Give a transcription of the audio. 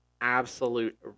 absolute